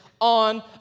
on